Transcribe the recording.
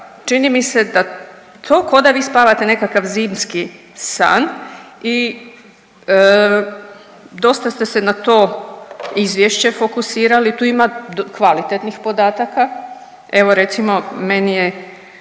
čini mi se da to ko da vi spavate nekakav zimski san i dosta ste se na to izvješće fokusirali. Tu ima kvalitetnih podataka, evo recimo meni je